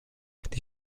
die